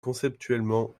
conceptuellement